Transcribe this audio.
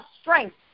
strength